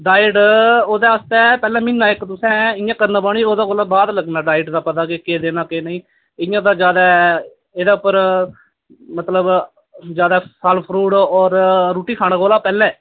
diet ओह्दे आस्ते पैह्ले म्हीना इक तु'सें इ'यां करने पौनी ओह्दे कोला बाद लगना डाइट दा पता के केह् देना केह् नेई इ'यां ते जादा एह्दे उप्पर मतलब जादा फल फ्रूट और रुट्टी खाने कोला पैह्ले